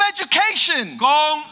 Education